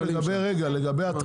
שנייה.